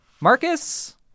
Marcus